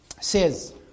Says